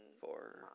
four